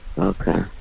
Okay